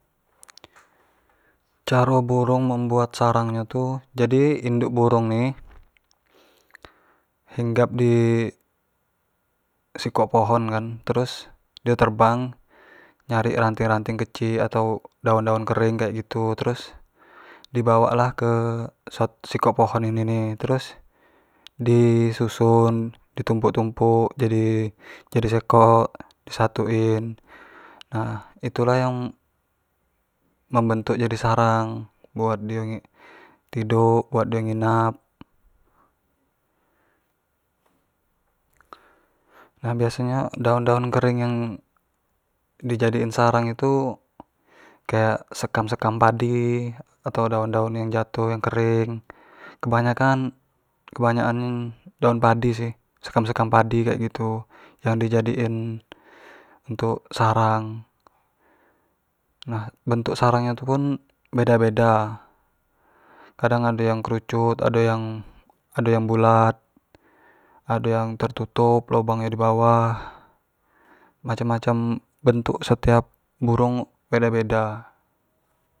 caro burung membuat sarang nyo tu, jadi induk burung nyo ni hinggap di sikok pohon kan, terus dio terbang nyari ranting-ranting kecik, atau daun-daun kering gitu, terus di bawaklah ke sat sikok pohon ini ni, terus, di susun, di tumpuk-tumpuk jadi jadi sekok, disatuin, nah itulah yang membentuk menjadi sarang buat di tiduk, baut di nginap, nah biaso nyo daun-daun kering yang di jadikan sarang nyo tu kayak sekam-sekam padi, atau daun-daun yang jatuh yang kering, kebanyakan-kebanyakan daun padi sih, sekam-sekam padi kek gitu yang dijadiin untuk sarang, nah bentuk sarang nyo pun beda-beda, kadang ado yang kerucut, kadang ado yang bulat, ado yang tertutup lobang nyo dibawah, macam-macam bentuk setiap burung beda-beda.